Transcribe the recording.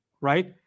right